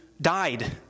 died